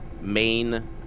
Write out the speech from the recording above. main